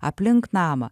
aplink namą